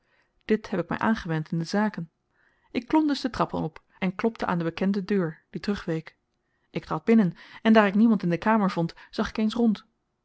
dit heb ik my aangewend in de zaken ik klom dus de trappen op en klopte aan de bekende deur die terugweek ik trad binnen en daar ik niemand in de kamer vond zag ik eens rond